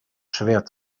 schwer